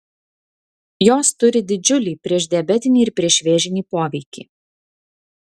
jos turi didžiulį priešdiabetinį ir priešvėžinį poveikį